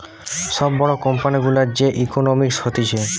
বড় সব কোম্পানি গুলার যে ইকোনোমিক্স হতিছে